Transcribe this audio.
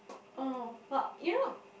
oh but you don't